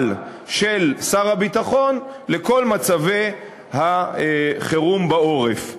של שר הביטחון לכל מצבי החירום בעורף.